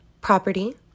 property